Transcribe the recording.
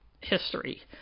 history